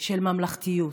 של ממלכתיות.